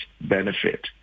benefit